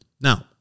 Now